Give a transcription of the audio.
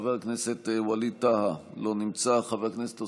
חבר הכנסת ווליד טאהא, מוותר,